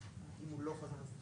איך הוא יבדוק?